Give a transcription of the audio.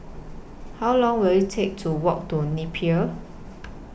How Long Will IT Take to Walk to Napier